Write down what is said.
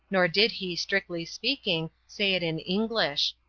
nor did he, strictly speaking, say it in english.